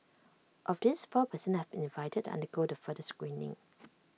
of these four per cent have been invited to undergo the further screening